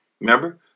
Remember